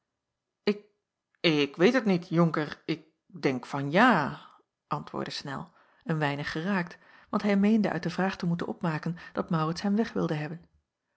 ik ik weet het niet jonker ik denk van ja antwoordde snel een weinig geraakt want hij meende jacob van ennep laasje uit de vraag te moeten opmaken dat maurits hem weg wilde hebben